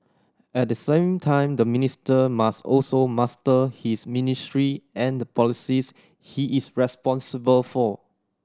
at the same time the minister must also master his ministry and the policies he is responsible for